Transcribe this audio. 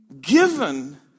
Given